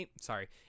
sorry